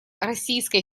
российской